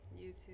YouTube